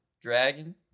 dragon